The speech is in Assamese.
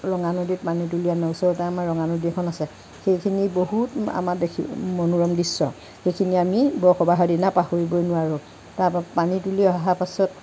ৰঙানদীত পানী তুলি আনো ওচৰতে আমাৰ ৰঙানদী এখন আছে সেইখিনি বহুত আমাৰ দেখি মনোৰম দৃশ্য সেইখিনি আমি বৰসবাহৰ দিনা পাহৰিবই নোৱাৰোঁ তাৰ পৰা পানী তুলি অহাৰ পিছত